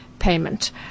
payment